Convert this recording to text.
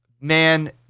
man